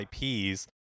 ips